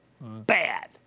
Bad